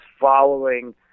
following